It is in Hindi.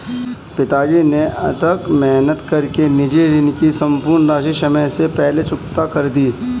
पिताजी ने अथक मेहनत कर के निजी ऋण की सम्पूर्ण राशि समय से पहले चुकता कर दी